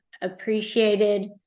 appreciated